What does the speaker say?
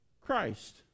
Christ